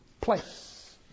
place